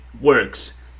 works